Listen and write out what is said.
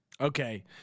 Okay